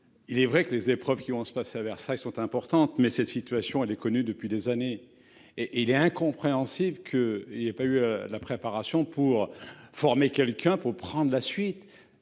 Il est vrai que les épreuves qui vont se passe à Versailles sont importantes mais cette situation elle est connue depuis des années et et il est incompréhensible que il y a pas eu la préparation pour former quelqu'un pour prendre la suite.